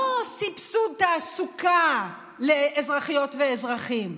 לא סבסוד תעסוקה לאזרחיות ואזרחים,